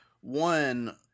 one